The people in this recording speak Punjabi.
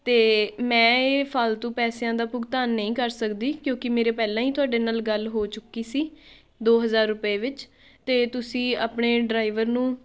ਅਤੇ ਮੈਂ ਇਹ ਫਾਲਤੂ ਪੈਸਿਆਂ ਦਾ ਭੁਗਤਾਨ ਨਹੀਂ ਕਰ ਸਕਦੀ ਕਿਉਂਕਿ ਮੇਰੇ ਪਹਿਲਾਂ ਹੀ ਤੁਹਾਡੇ ਨਾਲ ਗੱਲ ਹੋ ਚੁੱਕੀ ਸੀ ਦੋ ਹਜ਼ਾਰ ਰੁਪਏ ਵਿੱਚ ਅਤੇ ਤੁਸੀਂ ਆਪਣੇ ਡਰਾਈਵਰ ਨੂੰ